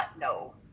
no